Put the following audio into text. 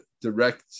direct